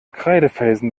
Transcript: kreidefelsen